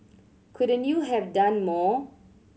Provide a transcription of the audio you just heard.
couldn't you have done more